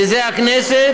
שהוא הכנסת,